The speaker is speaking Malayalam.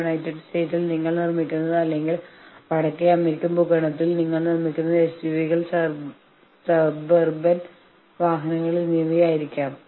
ഒരു യൂണിയൻ പണിമുടക്കുമ്പോൾ അവരെ പിന്തുണയ്ക്കാൻ വ്യവസായത്തിലെ മറ്റൊരു യൂണിയൻ തങ്ങളെ പ്രശ്നം നേരിട്ട് ബാധിക്കുന്നില്ലെങ്കിലും ഐക്യദാർഢ്യം കാണിക്കാൻ വേണ്ടി മാത്രം സമരം നടത്തുന്നു